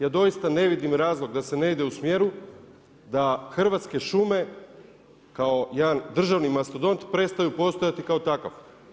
Ja doista ne vidim razlog da se ne ide u smjeru da Hrvatske šume kao jedan državni mastodont prestaju postojati kao takav.